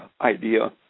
idea